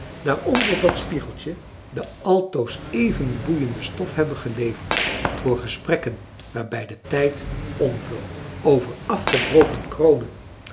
daar onder dat spiegeltje de altoos even boeiende stof hebben geleverd voor gesprekken waarbij de tijd omvloog over afgebroken kronen